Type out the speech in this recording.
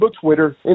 Twitter